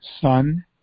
Son